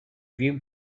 view